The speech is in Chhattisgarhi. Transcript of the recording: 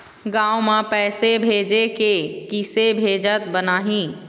गांव म पैसे भेजेके हे, किसे भेजत बनाहि?